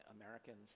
americans